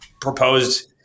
proposed